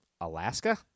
Alaska